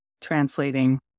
translating